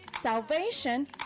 salvation